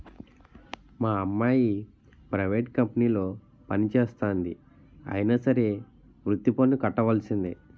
మా అమ్మాయి ప్రైవేట్ కంపెనీలో పనిచేస్తంది అయినా సరే వృత్తి పన్ను కట్టవలిసిందే